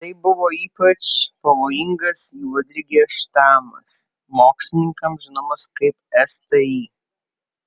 tai buvo ypač pavojingas juodligės štamas mokslininkams žinomas kaip sti